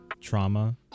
trauma